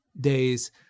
days